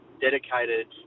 dedicated